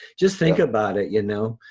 just think about it, you know.